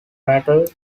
rattle